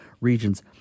regions